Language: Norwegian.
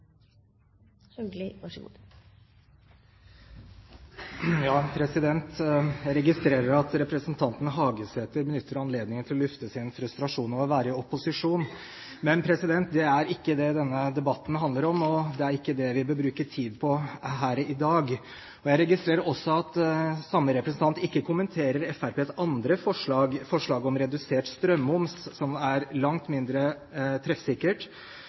benytter anledningen til å lufte sin frustrasjon over å være i opposisjon. Men det er ikke det denne debatten handler om, og det er ikke det vi bør bruke tid på her i dag. Jeg registrerer også at samme representant ikke kommenterer Fremskrittspartiets andre forslag, om redusert strømmoms, som er langt mindre treffsikkert.